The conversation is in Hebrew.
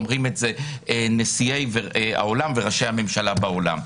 אומרים את זה נשיאי העולם וראשי הממשלה בעולם.